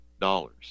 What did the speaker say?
dollars